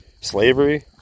slavery